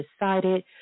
decided